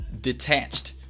detached